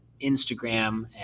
Instagram